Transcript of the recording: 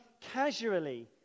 casually